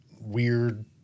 weird